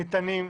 ניתנת.